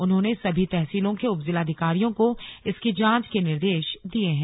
उन्होंने सभी तहसीलों के उपजिलाधिकारियों को इसकी जांच के निर्देश दिए हैं